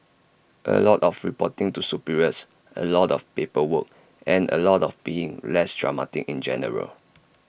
A lot of reporting to superiors A lot of paperwork and A lot of being less dramatic in general